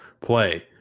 play